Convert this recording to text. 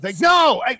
No